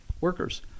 workers